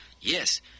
yes